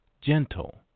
gentle